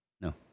No